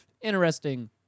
interesting